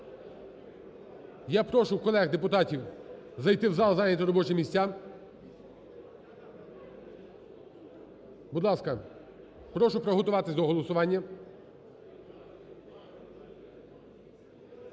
Я прошу колег депутатів зайти в зал, зайняти робочі місця. Будь ласка, прошу приготуватися до голосування.